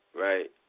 right